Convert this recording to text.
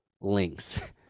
links